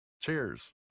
Cheers